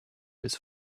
his